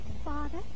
Father